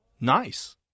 Nice